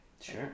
Sure